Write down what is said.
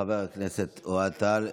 לחבר הכנסת אוהד טל.